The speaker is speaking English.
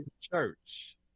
church